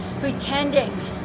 pretending